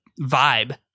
vibe